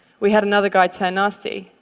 we had another guy turn nasty.